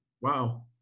Wow